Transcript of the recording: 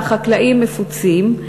והחקלאים מפוצים.